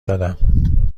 دادم